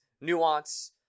nuance